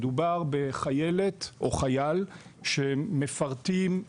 מדובר בחייל או חיילת שמפרטים,